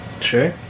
sure